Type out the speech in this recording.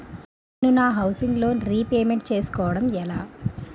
నేను నా housing loan repayment చేసుకోవటం ఎలా?